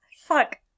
Fuck